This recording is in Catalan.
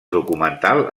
documental